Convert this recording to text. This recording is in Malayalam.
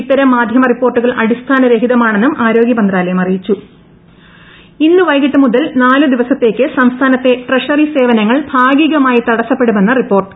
ഇത്തരം മാധ്യമ റിപ്പോർട്ടുകൾ ഏഷ്ട്രീസ്ഥാനരഹിതമാണെന്നും ആരോഗ്യ മന്ത്രാലയം അറിയിച്ചു ദ്യ ട്രഷറി സേവനം ഇന്ന് വൈകിട്ട് മുതൽ നാലു ദിവസത്തേക്ക് സംസ്ഥാനത്തെ ട്രഷറി സേവനങ്ങൾ ഭാഗികമായി തടസപ്പെടുമെന്ന് റിപ്പോർട്ട്